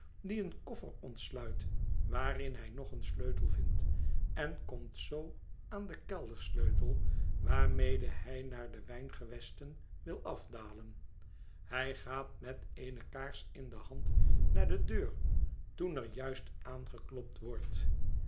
die een koffer ontsluit waarin hij nog een sleutel vindt en komt zoo aan den keldersleutel waarmede hij naar de wijngewesten wil afdalen hij gaat met eene kaars in de hand naar de deur toen er juist aangeklopt wordt